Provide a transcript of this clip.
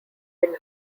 been